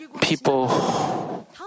people